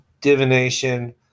Divination